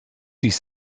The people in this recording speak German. sich